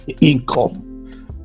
income